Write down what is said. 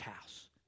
house